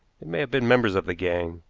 they may have been members of the gang,